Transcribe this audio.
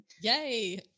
Yay